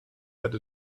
that